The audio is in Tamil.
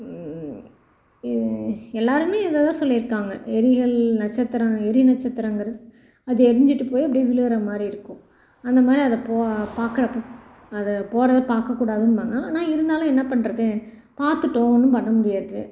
இது எல்லோருமே இதைத்தான் சொல்லியிருக்காங்க எரிகல் நட்சத்திரம் எரிநட்சத்திரங்கிறது அது எரிஞ்சுகிட்டு போய் அப்படியே விழுவுற மாதிரி இருக்கும் அந்த மாதிரி அதை போ பார்க்கறப்ப அதை போவதை பார்க்கக்கூடாதுன்பாங்க ஆனால் இருந்தாலும் என்ன பண்ணுறது பார்த்துட்டோம் ஒன்றும் பண்ணமுடியாது